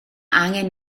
angen